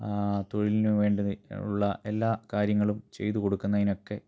തൊഴിലിനുവേണ്ടി ഉള്ള എല്ലാ കാര്യങ്ങളും ചെയ്തുകൊടുക്കുന്നതിനൊക്കെ